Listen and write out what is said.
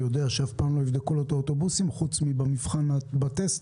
יודע שאף פעם לא יבדקו לו את האוטובוסים חוץ ממבחן הטסט?